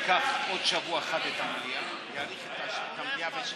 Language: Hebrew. ההצעה להעביר את הנושא לדיון בוועדה לקידום מעמד האישה